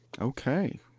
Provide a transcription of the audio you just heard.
Okay